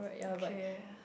okay